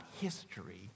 history